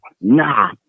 Nah